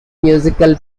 musical